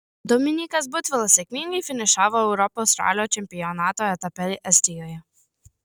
dominykas butvilas sėkmingai finišavo europos ralio čempionato etape estijoje